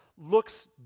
looks